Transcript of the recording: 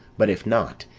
but if not,